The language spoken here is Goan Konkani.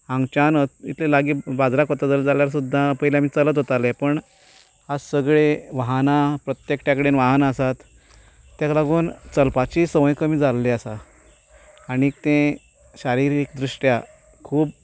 हांगाच्यान इतले लागीं बाजाराक वतले जाल्यार सुद्दां पयलीं आमी चलत वताले पूण आयज सगले वाहनां प्रत्येक एकट्या कडेन वाहनां आसात ताका लागून चलपाची संवय कमी जाल्ली आसा आनी तें शारिरीक दृश्टीन खूब